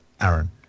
Aaron